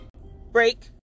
Break